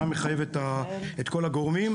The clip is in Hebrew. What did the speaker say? מה מחייב את כל הגורמים,